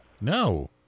No